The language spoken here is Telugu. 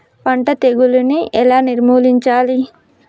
పంట తెగులుని ఎలా నిర్మూలించాలి?